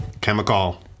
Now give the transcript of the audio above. chemical